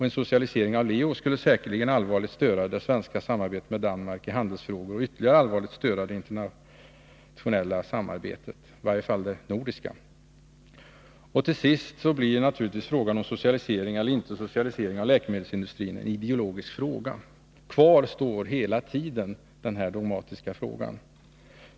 En socialisering av Leo skulle säkerligen betänkligt störa samarbetet i handelsfrågor och ytterligare allvarligt störa det internationella samarbetet, i varje fall det nordiska. Till sist blir naturligtvis frågan om socialisering eller inte av läkemedelsindustrin en ideologisk fråga. Kvar står hela tiden det dogmatiska.